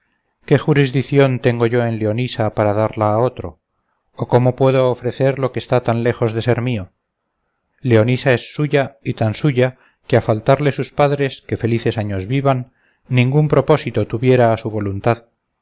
qué jurisdición tengo yo en leonisa para darla a otro o cómo puedo ofrecer lo que está tan lejos de ser mío leonisa es suya y tan suya que a faltarle sus padres que felices años vivan ningún opósito tuviera a su voluntad